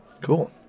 cool